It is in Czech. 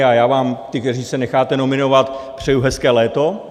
A já vám, těm, kteří se necháte nominovat, přeji hezké léto.